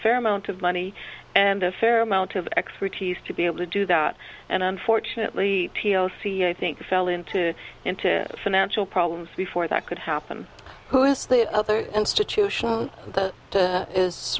fair amount of money and a fair amount of expertise to be able to do that and unfortunately t o c i think fell into into financial problems before that could happen who is the other institution that